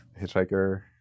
Hitchhiker